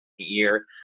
year